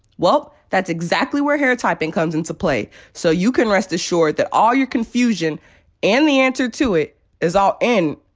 well, that's exactly where hair typing comes into play, so you can rest assured that all your confusion and the answer to it is all in,